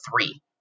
three